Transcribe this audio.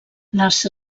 les